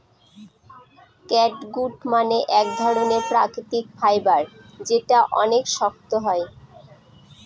catgut মানে এক ধরনের প্রাকৃতিক ফাইবার যেটা অনেক শক্ত হয়